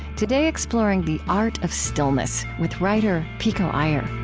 today, exploring the art of stillness with writer pico iyer